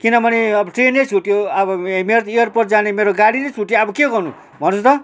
किनभने अब ट्रेनै छुट्यो अब मेरो त एयरपोर्ट जाने गाडी नै छुट्यो अब के गर्नु भन्नुहोस् त